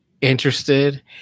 interested